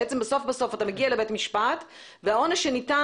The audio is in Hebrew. בסוף בסוף אתה מגיע לבית המשפט אבל העונש שניתן